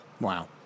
Wow